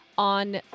on